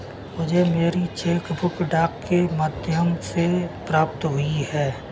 मुझे मेरी cheque book डाक के माध्यम से प्राप्त हुई है